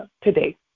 today